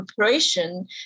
operation